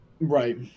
Right